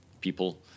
people